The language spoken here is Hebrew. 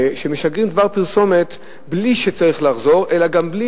שמשגרים דבר פרסומת בלי שצריך לחזור, אלא גם בלי